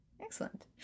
Excellent